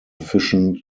efficient